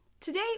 Today